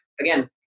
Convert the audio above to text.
again